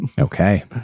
okay